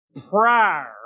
prior